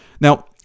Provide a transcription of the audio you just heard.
Now